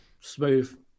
smooth